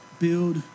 Build